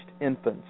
infants